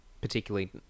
particularly